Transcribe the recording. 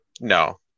No